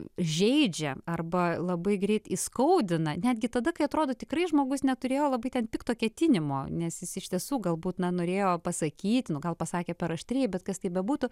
žeidžia arba labai greit įskaudina netgi tada kai atrodo tikrai žmogus neturėjo labai ten pikto ketinimo nes jis iš tiesų galbūt na norėjo pasakyt gal pasakė per aštriai bet kas tai bebūtų